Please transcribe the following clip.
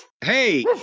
hey